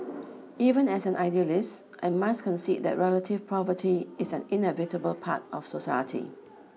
even as an idealist I must concede that relative poverty is an inevitable part of society